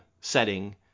setting